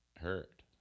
hurt